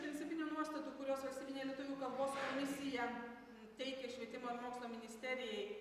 principinių nuostatų kuriuos valstybinė lietuvių kalbos komisija teikė švietimo ir mokslo ministerijai